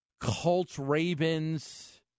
Colts-Ravens